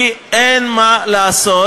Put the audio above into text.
כי אין מה לעשות,